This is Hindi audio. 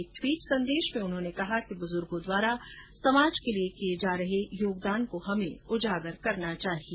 एक ट्वीट संदेश में उन्होंने कहा कि बुजुर्गो द्वारा समाज के लिए किए गए योगदान को हमें उजागर करना चाहिए